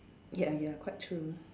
ya ya quite true